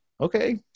okay